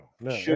no